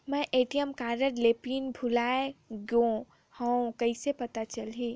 मैं ATM card के pin भुलाए गे हववं कइसे पता चलही?